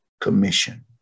Commission